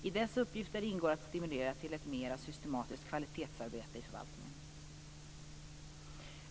I dess uppgifter ingår att stimulera till ett mera systematiskt kvalitetsarbete i förvaltningen.